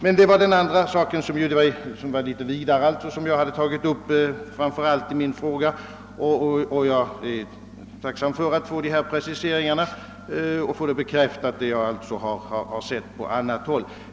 Jag hade emellertid i min fråga tagit upp ett annat och större problem, och jag är tacksam för dessa preciseringar och för att få bekräftat vad jag har sett på annat håll.